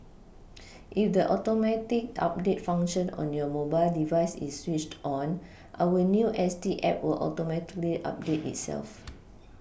if the Automatic update function on your mobile device is switched on our new S T app will Automatically update itself